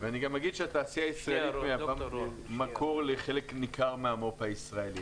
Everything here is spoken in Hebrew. התעשייה הישראלית גם מהווה מקור לחלק ניכר מהמו"פ הישראלי.